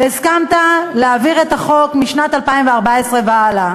הסכמת להעביר את החוק משנת 2014 והלאה,